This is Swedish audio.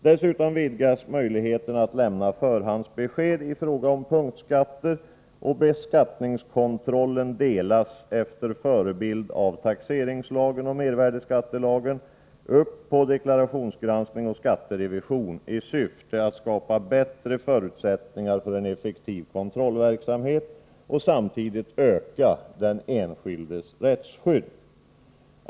Dessutom vidgas möjligheten att lämna förhandsbesked i fråga om punktskatter, och beskattningskontrollen delas efter förebild av taxeringslagen och mervärdeskattelagen upp på deklarationsgranskning och skatterevi sion, i syfte att skapa bättre förutsättningar för en effektiv kontrollverksamhet och samtidigt öka den enskildes rättsskydd.